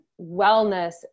wellness